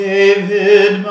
David